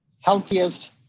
healthiest